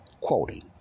Quoting